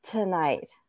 Tonight